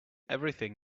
everything